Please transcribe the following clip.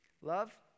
love